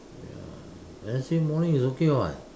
ya Wednesday morning is okay [what]